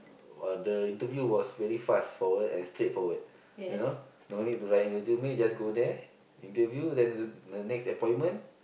uh the interview was very fast-forward and straightforward you know no need to write a resume just go there interview then the the next appointment